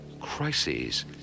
Crises